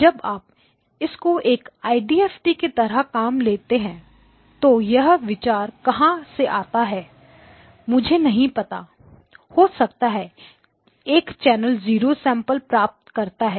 जब आप इसको एक IDFT की तरह काम लेते हैं तो तो यह विचार कहां से आता है मुझे नहीं पता हो सकता है एक चैनल 0 सैंपल प्राप्त करता है